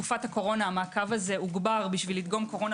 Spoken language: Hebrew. בתקופת הקורונה המעקב הזה הוגבר כדי לדגום קורונה